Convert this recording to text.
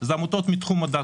זה עמותות מתחום הדת.